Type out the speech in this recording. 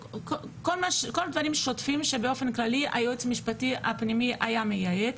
כל הדברים השוטפים שבאופן כללי היועמ"ש הפנימי היה מייעץ,